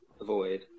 avoid